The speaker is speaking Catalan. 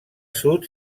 sud